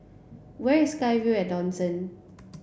where is SkyVille at Dawson